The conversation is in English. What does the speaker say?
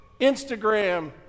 Instagram